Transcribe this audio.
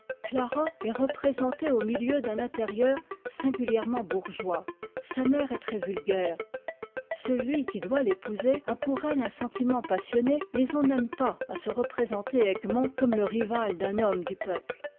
clara est représentée au milieu d'un intérieur singulièrement bourgeois sa mère est très vulgaire celui qui doit l'épouser a pour elle un sentiment passionné mais on n'aime pas à se représenter egmont comme le rival d'un homme du peuple